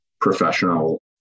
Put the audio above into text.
professional